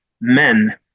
men